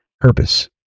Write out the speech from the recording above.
purpose